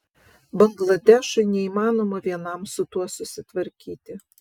bangladešui neįmanoma vienam su tuo susitvarkyti